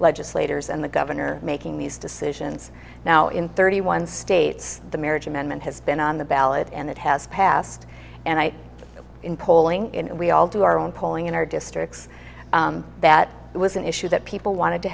legislators and the governor making these decisions now in thirty one states the marriage amendment has been on the ballot and it has passed and i know in polling and we all do our own polling in our districts that it was an issue that people wanted to